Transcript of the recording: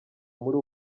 muri